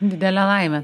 didelė laimė